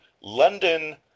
London